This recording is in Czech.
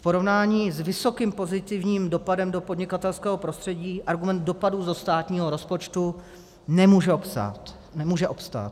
V porovnání s vysokým pozitivním dopadem do podnikatelského prostředí argument dopadu do státního rozpočtu nemůže obstát.